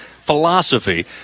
philosophy